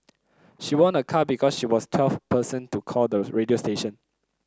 she won a car because she was twelfth person to call the radio station